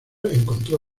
encontró